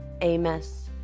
Amos